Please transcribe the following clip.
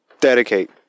Dedicate